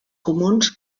comuns